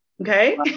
okay